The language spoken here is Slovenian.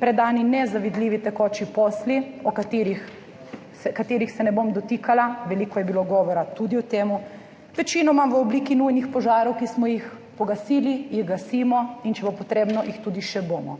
predani nezavidljivi tekoči posli, ki se jih ne bom dotikala – veliko je bilo govora tudi o tem, večinoma v obliki nujnih požarov, ki smo jih pogasili, jih gasimo, in če bo potrebno, jih tudi še bomo.